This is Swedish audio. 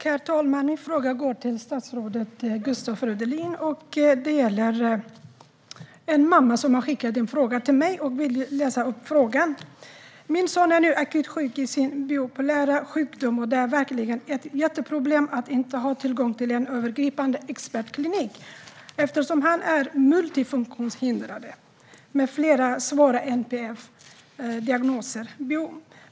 Herr talman! Min fråga går till statsrådet Gustav Fridolin. En mamma har skickat en fråga till mig. Hon skriver så här: Min son är nu akut sjuk i sin bipolära sjukdom, och det är verkligen ett jätteproblem att inte ha tillgång till en övergripande expertklinik eftersom han är multifunktionshindrad med flera svåra NPF-diagnoser.